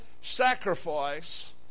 sacrifice